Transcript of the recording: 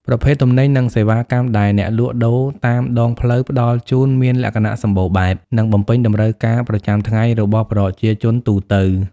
ប្រភេទទំនិញ និងសេវាកម្មដែលអ្នកលក់ដូរតាមដងផ្លូវផ្តល់ជូនមានលក្ខណៈសម្បូរបែប និងបំពេញតម្រូវការប្រចាំថ្ងៃរបស់ប្រជាជនទូទៅ ។